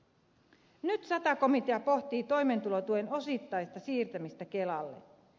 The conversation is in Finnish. nyt sata komitea pohtii toimeentulotuen osittaista siirtämistä kelalle